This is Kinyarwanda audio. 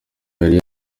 yari